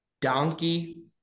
Donkey